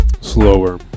slower